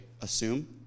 assume